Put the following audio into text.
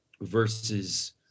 versus